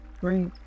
Great